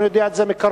אני יודע את זה מקרוב.